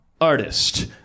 artist